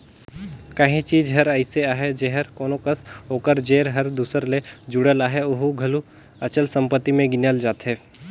काहीं चीज हर अइसे अहे जेहर कोनो कस ओकर जेर हर दूसर ले जुड़ल अहे ओला घलो अचल संपत्ति में गिनल जाथे